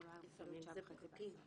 לא היה רוצה להיות שעה וחצי בהסעה.